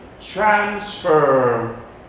transfer